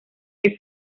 que